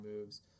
moves